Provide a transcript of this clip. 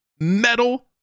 metal